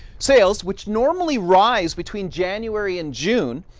sales which normally rise between january and june,